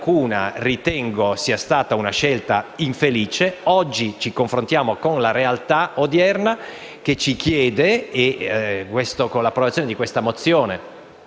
Grazie